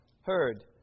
heard